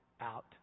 out